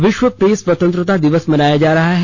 आज विश्व प्रेस स्वतंत्रता दिवस मनाया जा रहा है